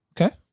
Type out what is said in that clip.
Okay